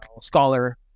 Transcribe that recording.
scholar